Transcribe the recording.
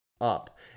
up